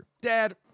Dad